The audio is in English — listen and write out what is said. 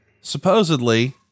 Supposedly